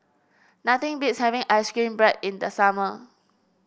nothing beats having ice cream bread in the summer